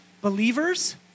believers